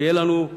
ויהיה לנו,